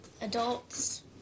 adults